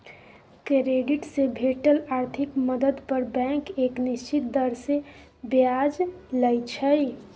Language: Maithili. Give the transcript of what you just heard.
क्रेडिट से भेटल आर्थिक मदद पर बैंक एक निश्चित दर से ब्याज लइ छइ